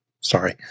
Sorry